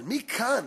אבל מכאן